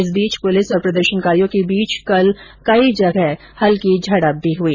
इस बीच पुलिस और प्रदर्शनकारियों के बीच कल कई जगह हल्की झडप भी हुई